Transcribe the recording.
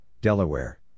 Delaware